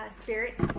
Spirit